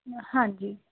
ਹਾਂਜੀ